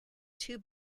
two